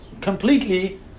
completely